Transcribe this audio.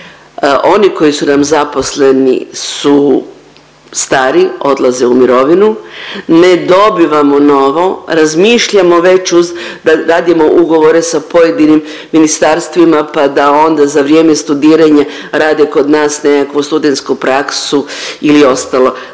Oni koji su nam zaposleni su stari, odlaze u mirovinu, ne dobivamo novo, razmišljamo već uz da radimo ugovore sa pojedinim ministarstvima pa da onda za vrijeme studiranja rade kod nas nekakvu studentsku praksu ili ostalo.